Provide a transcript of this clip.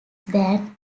than